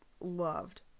loved